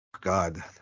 god